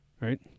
right